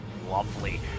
Lovely